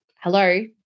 hello